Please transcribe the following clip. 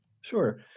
Sure